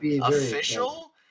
official